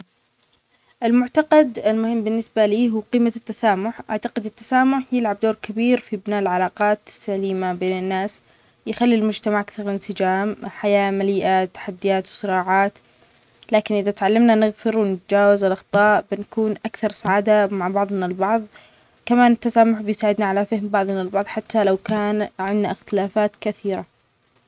المعتقد المهم بالنسبة لي هو قيمة التسامح. أعتقد التسامح يلعب دور كبير في بناء العلاقات السليمة بين الناس. يخلي المجتمع اكثر إنسجام، حياة مليئة تحديات وصراعات. لكن إذا تعلمنا نغفر ونتجاوز الأخطاء، بنكون أكثر سعادة مع بعضنا البعض. كمان التسامح بيساعدنا على فهم بعضنا البعض حتى لو كان عنا اختلافات كثيرة.